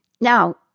Now